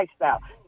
lifestyle